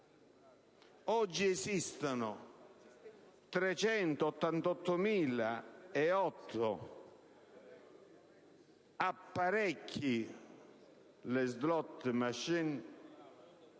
Oggi esistono 383.008 apparecchi, le *slot machine*,